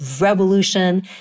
revolution